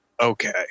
okay